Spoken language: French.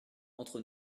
entre